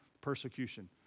persecution